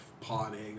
potting